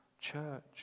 church